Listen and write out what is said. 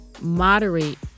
moderate